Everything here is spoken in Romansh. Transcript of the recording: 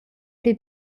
pli